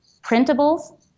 printables